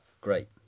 Great